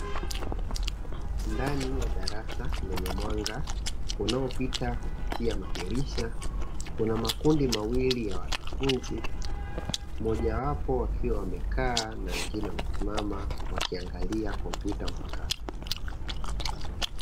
Ndani ya darasa lenye mwanga unaopita kupitia madirisha kuna makundi mawili ya wanafunzi, mojawapo wakiwa wamekaa na wengine wamesimama wakiangalia kompyuta mpakato.